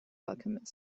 alchemist